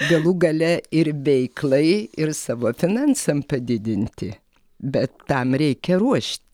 galų gale ir veiklai ir savo finansam padidinti bet tam reikia ruošt